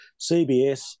cbs